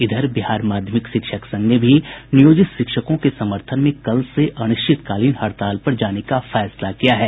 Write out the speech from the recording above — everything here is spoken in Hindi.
इधर बिहार माध्यमिक शिक्षक संघ ने भी नियोजित शिक्षकों के समर्थन में कल से अनिश्चितकालीन हड़ताल पर जाने का फैसला किया है